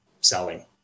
selling